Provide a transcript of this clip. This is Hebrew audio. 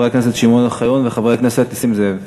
הכנסת שמעון אוחיון וחבר הכנסת נסים זאב.